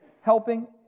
helping